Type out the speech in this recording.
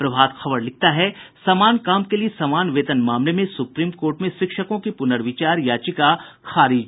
प्रभात खबर लिखता है समान काम के लिए समान वेतन मामले में सुप्रीम कोर्ट में शिक्षकों की पुनर्विचार याचिका खारिज